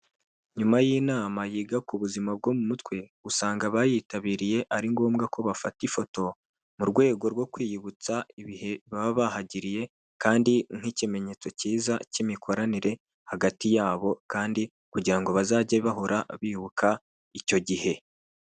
Nyuma y'inama yiga ku buzima bwo mu mutwe, usanga abayitabiriye ari ngombwa ko bafata ifoto, mu rwego rwo kwiyibutsa ibihe baba bahagiriye kandi nk'ikimenyetso cyiza cy'imikoranire hagati yabo kandi kugira ngo bazajye bahora bibuka icyo gihe.